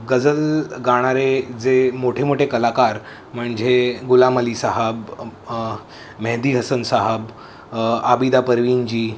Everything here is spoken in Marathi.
गजल गाणारे जे मोठे मोठे कलाकार म्हणजे गुलामली साहब मेहदी हसन साहब आबिदा परवीन जी